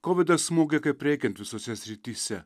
kovidas smogė kaip reikiant visose srityse